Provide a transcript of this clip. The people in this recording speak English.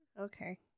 Okay